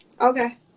okay